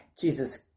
Jesus